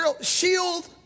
shield